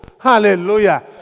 Hallelujah